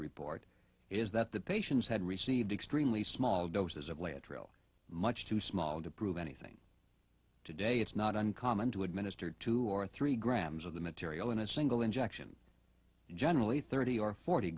report is that the patients had received extremely small doses of lateral much too small to prove anything today it's not uncommon to administer two or three grams of the material in a single injection generally thirty or forty